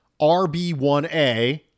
RB1A